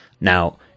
now